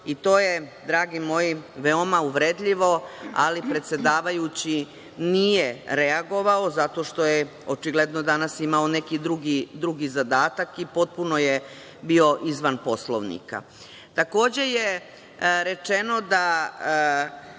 i to je, dragi moji, veoma uvredljivo, ali predsedavajući nije reagovao, zato što je očigledno danas imao neki drugi zadatak i potpuno je bio izvan Poslovnika. Takođe